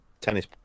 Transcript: tennis